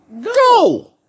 go